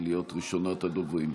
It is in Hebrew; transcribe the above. להיות ראשונת הדוברים.